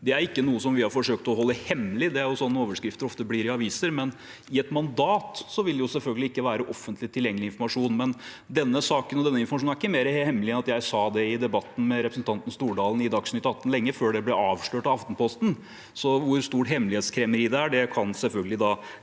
Dette er ikke noe vi har forsøkt å holde hemmelig. Det er slik overskrifter ofte blir i aviser, men i et mandat vil det jo selvfølgelig ikke være offentlig tilgjengelig informasjon. Denne saken og denne informasjonen er ikke mer hemmelig enn at jeg sa det i debatten med representanten Stordalen i Dagsnytt 18, lenge før det ble avslørt av Aftenposten, så hvor stort hemmelighetskremmeri det er, kan selvfølgelig